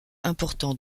important